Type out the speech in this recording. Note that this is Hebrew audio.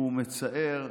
הוא מצער,